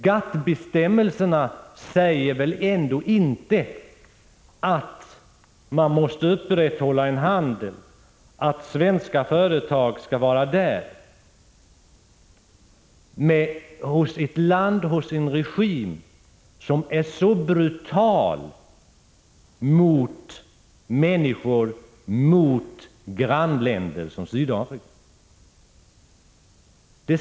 GATT-bestämmelserna säger väl ändå inte att svenska företag skall vara i Sydafrika eller att vi måste upprätthålla en handel med en regim som är så brutal mot människor och grannländer som Sydafrika?